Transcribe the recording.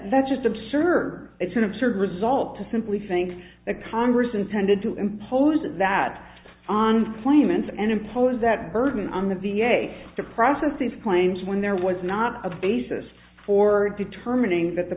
that's just absurd it's an absurd result to simply think the congress intended to impose that on flame and and impose that burden on the v a to process these claims when there was not a basis for determining that the